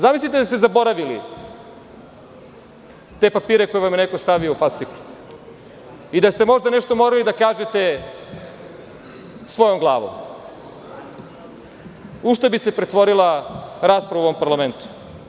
Zamislite da ste zaboravili te papire koji vam je neko stavio u fasciklu i da ste možda nešto morali da kažete svojom glavom, u šta bi se pretvorila rasprava u ovom parlamentu?